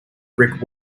brick